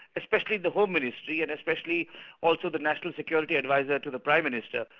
especially the home ministry and especially also the national security adviser to the prime minister,